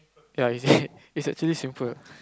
ya it's it's actually simple